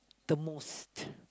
the most